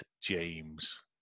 James